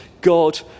God